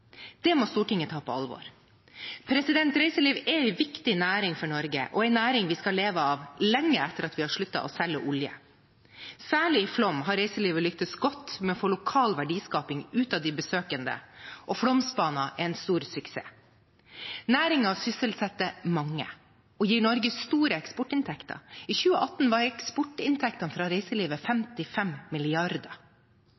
Det må Stortinget ta på alvor. Reiseliv er en viktig næring for Norge og en næring vi skal leve av lenge etter at vi har sluttet å selge olje. Særlig i Flåm har reiselivet lyktes godt med å få lokal verdiskaping ut av de besøkende, og Flåmsbana er en stor suksess. Næringen sysselsetter mange og gir Norge store eksportinntekter. I 2018 var eksportinntektene fra reiselivet